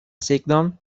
signon